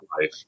life